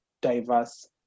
diverse